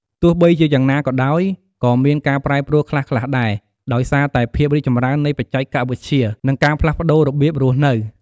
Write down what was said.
ទោះបីជាយ៉ាងណាក៏ដោយ ក៏មានការប្រែប្រួលខ្លះៗដែរ ដោយសារតែភាពរីកចម្រើននៃបច្ចេកវិទ្យា និងការផ្លាស់ប្តូររបៀបរស់នៅ។